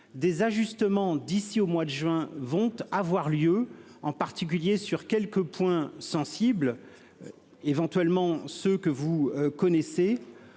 des ajustements d'ici au mois de juin vont avoir lieu, en particulier sur quelques points sensibles. Éventuellement ce que vous connaissez